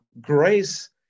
grace